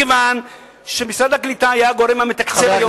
מכיוון שמשרד הקליטה היה הגורם המתקצב.